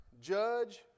judge